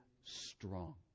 strong